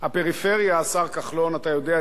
אתה יודע את זה יותר טוב מרבים פה בבית,